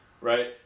right